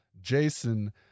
Jason